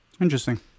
interesting